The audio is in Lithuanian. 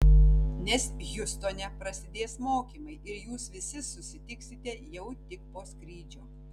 nes hjustone prasidės mokymai ir jūs visi susitiksite jau tik po skrydžio